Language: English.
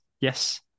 Yes